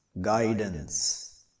guidance